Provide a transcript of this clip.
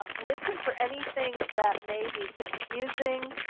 ah listen for anything that may be confusing,